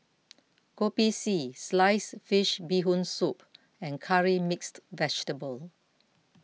Kopi C Sliced Fish Bee Hoon Soup and Curry Mixed Vegetable